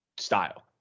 style